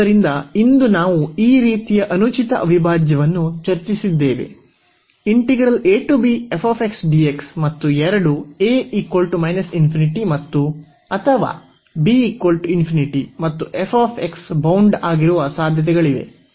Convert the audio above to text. ಆದ್ದರಿಂದ ಇಂದು ನಾವು ಈ ರೀತಿಯ ಅನುಚಿತ ಅವಿಭಾಜ್ಯವನ್ನು ಚರ್ಚಿಸಿದ್ದೇವೆ ಮತ್ತು ಎರಡು ಮತ್ತು ಅಥವಾ ಮತ್ತು ಬೌಂಡ್ ಆಗಿರುವ ಸಾಧ್ಯತೆಗಳಿವೆ